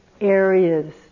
areas